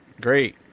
Great